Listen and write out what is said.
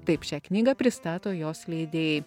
taip šią knygą pristato jos leidėjai